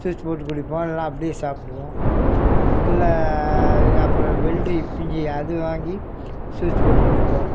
juice போட்டுக் குடிப்போம் இல்லைனா அப்படியே சாப்பிடுவோம் இல்லை அப்புறம் வெள்ளரி பிஞ்சு அது வாங்கி ஜூஸ் போட்டுக்குடிப்போம்